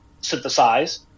synthesize